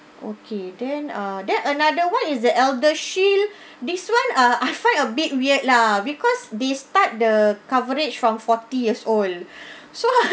okay then uh then another one is the elder shield this one ah I find a bit weird lah because they start the coverage from forty years old so